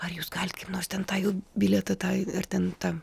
ar jūs galit kaip nors ten tą jų bilietą tai ar ten tą